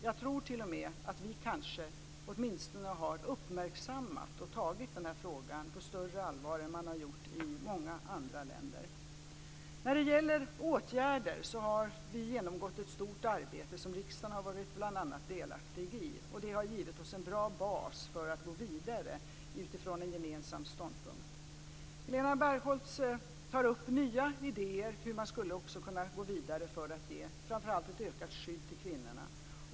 Jag tror t.o.m. att vi kanske åtminstone har uppmärksammat och tagit denna fråga på större allvar än man har gjort i många andra länder. När det gäller åtgärder har vi genomgått ett stort arbete som bl.a. riksdagen har varit delaktig i. Det har gett oss en bra bas för att gå vidare utifrån en gemensam ståndpunkt. Helena Bargholtz tar upp nya idéer när det gäller hur man skulle kunna gå vidare för att ge framför allt ett ökat skydd till kvinnorna.